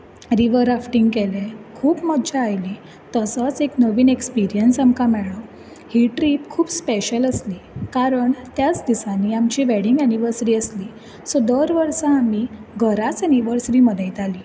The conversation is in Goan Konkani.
रिवर राफ्टींग केलें खूब मज्जा आयली तसोच एक नवीन एक्सपिरियन्स आमकां मेळ्ळो ही ट्रीप खूब स्पेशल आसली कारण त्याच दिसांनी आमची वेडिंग एनिवर्सरी आसली सो दर वर्सा आमी घराच एनिवर्सरी मनयतालीं